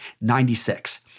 ninety-six